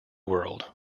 world